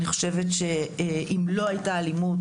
אני חושבת שאם לא הייתה אלימות,